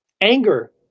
anger